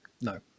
no